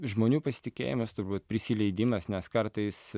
žmonių pasitikėjimas turbūt prisileidimas nes kartais